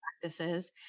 practices